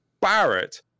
Barrett